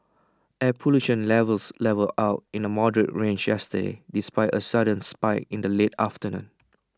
air pollution levels levelled out in the moderate range yesterday despite A sudden spike in the late afternoon